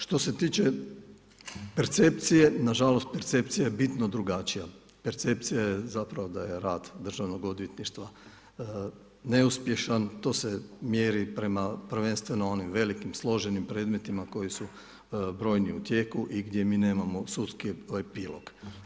Što se tiče percepcije, nažalost percepcija je bitno drugačija, percepcija je zapravo da je rad Državnog odvjetništva neuspješan, to se mjeri prema prvenstveno onim velikim složenim predmetima koji su brojni u tijeku i gdje mi nemamo sudski epilog.